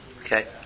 Okay